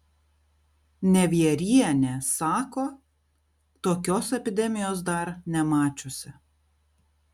nevierienė sako tokios epidemijos dar nemačiusi